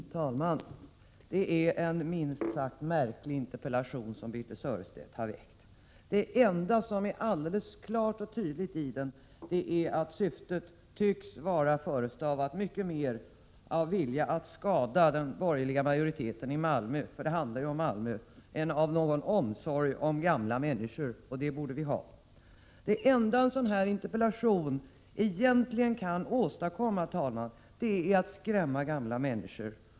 Herr talman! Det är en minst sagt märklig interpellation Birthe Sörestedt har väckt. Det enda som är alldeles klart och tydligt i den är att syftet tycks vara förestavat mer av vilja att skada den borgerliga majoriteten i Malmö än av den omsorg om gamla människor, som vi ju borde ha. Det enda en sådan här interpellation egentligen kan åstadkomma är att skrämma gamla människor.